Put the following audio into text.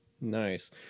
nice